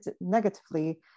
negatively